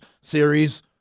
series